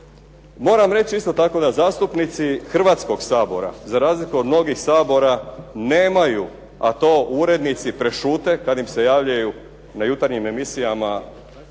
Moram reći isto tako da zastupnici Hrvatskog sabora za razliku od mnogih sabora nemaju, a to urednici prešute kad im se javljaju na jutarnjim emisijama